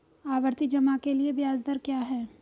आवर्ती जमा के लिए ब्याज दर क्या है?